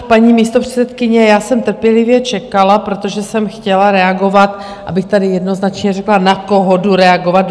Paní místopředsedkyně, já jsem trpělivě čekala, protože jsem chtěla reagovat, abych tady jednoznačně řekla, na koho jdu reagovat.